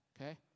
okay